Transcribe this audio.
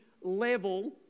level